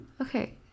Okay